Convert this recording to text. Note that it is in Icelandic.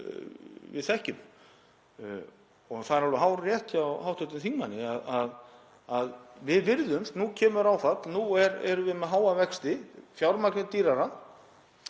við þekkjum. Það er alveg hárrétt hjá hv. þingmanni að við virðumst — nú kemur áfall, nú erum við með háa vexti, fjármagnið er dýrara,